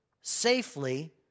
safely